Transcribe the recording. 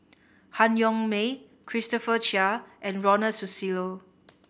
Han Yong May Christopher Chia and Ronald Susilo